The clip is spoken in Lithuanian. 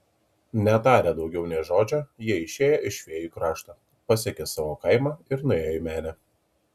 netarę daugiau nė žodžio jie išėjo iš fėjų krašto pasiekė savo kaimą ir nuėjo į menę